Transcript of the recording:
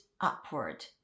Upward